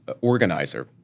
organizer